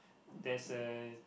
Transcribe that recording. there is a